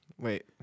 Wait